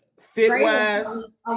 fit-wise